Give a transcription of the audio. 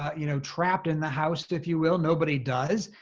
you know, trapped in the house, if you will. nobody does.